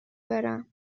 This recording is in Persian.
برم